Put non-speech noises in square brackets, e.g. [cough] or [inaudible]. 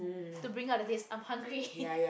to bringout the taste i'm hungry [laughs]